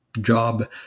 job